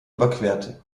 überquerte